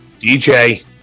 DJ